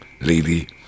lady